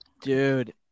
Dude